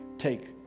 take